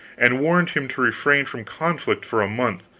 and warned him to refrain from conflict for a month,